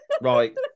Right